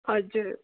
हजुर